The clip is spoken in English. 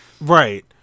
right